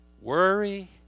Worry